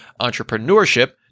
entrepreneurship